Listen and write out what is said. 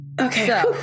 Okay